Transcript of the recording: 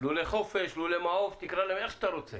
לולי חופש, לולי מעוף, תקרא להם איך שאתה רוצה